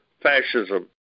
fascism